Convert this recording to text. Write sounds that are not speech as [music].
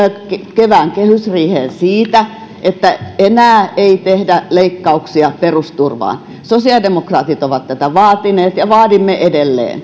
kevään kehysriiheen siitä että enää ei tehdä leikkauksia perusturvaan sosiaalidemokraatit ovat tätä vaatineet ja vaadimme edelleen [unintelligible]